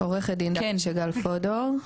שמי עו"ד דפנה שגל פודור,